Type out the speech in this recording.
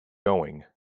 going